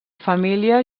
família